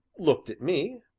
looked at me,